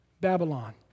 Babylon